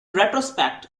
retrospect